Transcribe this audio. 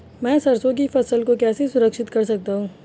मैं सरसों की फसल को कैसे संरक्षित कर सकता हूँ?